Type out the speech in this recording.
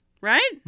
Right